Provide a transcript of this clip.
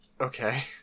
okay